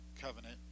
covenant